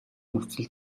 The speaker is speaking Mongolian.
нөхцөл